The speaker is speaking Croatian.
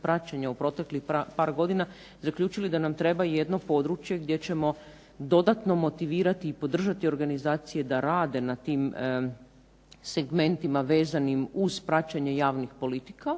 u proteklih par godina zaključili da nam treba jedno područje gdje ćemo dodatno motivirati i podržati organizacije da rade na tim segmentima vezanim uz praćenje javnih politika